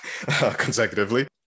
consecutively